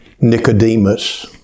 Nicodemus